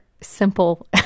simple